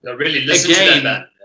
again